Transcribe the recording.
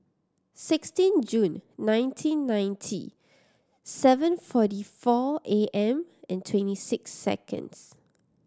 sixteen June nineteen ninety seven forty four A M and twenty six seconds